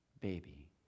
baby